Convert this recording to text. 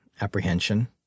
apprehension